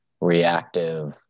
reactive